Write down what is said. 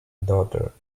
daughter